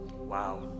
Wow